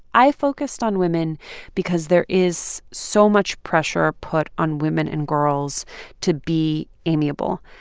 i focused on women because there is so much pressure put on women and girls to be amiable.